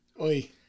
Oi